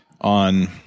on